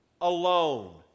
alone